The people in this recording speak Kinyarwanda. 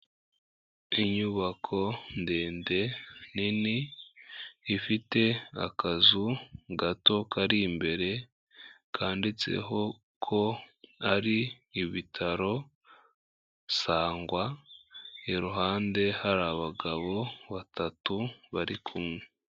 Inyubako ndende, nini, ifite akazu gato kari imbere kanditseho ko ari ibitaro Sangwa, iruhande hari abagabo batatu bari kumwe.